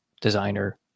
designer